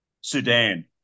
Sudan